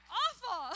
awful